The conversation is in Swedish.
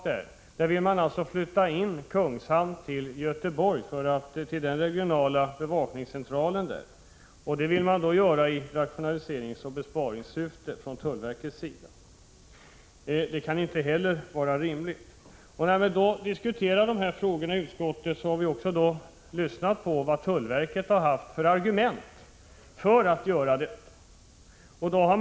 Tullverket vill i rationaliseringsoch besparingssyfte flytta in verksamheten vid bevakningscentralen i Kungshamn till den regionala bevakningscentralen i Göteborg. Det kan inte heller vara rimligt. När vi behandlat dessa frågor i utskottet har vi också lyssnat till de argument tullverket har anfört för dessa ändringar.